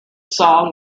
song